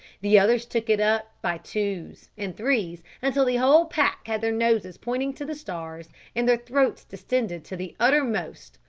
the others took it up by twos and threes, until the whole pack had their noses pointing to the stars, and their throats distended to the uttermost,